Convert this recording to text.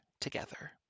together